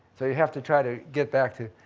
so you have to try to get back to,